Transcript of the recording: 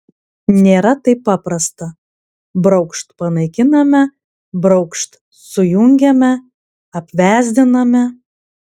nėra taip paprasta braukšt panaikiname braukšt sujungiame apvesdiname